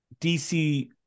DC